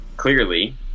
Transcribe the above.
clearly